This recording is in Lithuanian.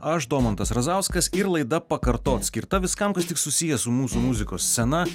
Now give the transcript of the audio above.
aš domantas razauskas ir laida pakartot skirta viskam kas tik susiję su mūsų muzikos scena